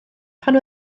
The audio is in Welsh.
pan